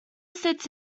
sits